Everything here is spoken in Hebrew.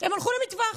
הם הלכו למטווח.